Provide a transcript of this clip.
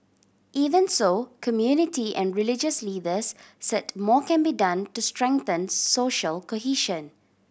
even so community and religious leaders said more can be done to strengthen social cohesion